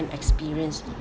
experience